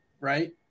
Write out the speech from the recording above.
right